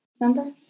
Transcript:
Number